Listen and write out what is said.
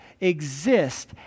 exist